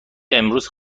امروز